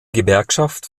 gewerkschaft